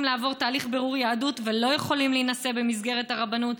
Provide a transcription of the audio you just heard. לעבור תהליך בירור יהדות ולא יכולים להינשא במסגרת הרבנות.